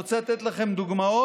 אני רוצה לתת לכם דוגמאות